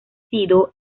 sido